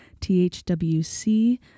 THWC